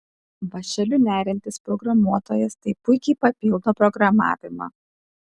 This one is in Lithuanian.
vąšeliu neriantis programuotojas tai puikiai papildo programavimą